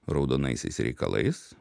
raudonaisiais reikalais